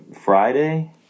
Friday